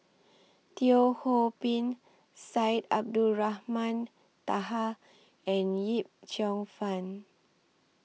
Teo Ho Pin Syed Abdulrahman Taha and Yip Cheong Fun